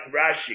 Rashi